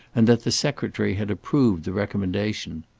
and that the secretary had approved the recommendation.